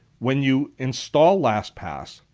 when you install lastpass,